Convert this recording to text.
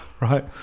Right